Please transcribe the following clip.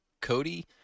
cody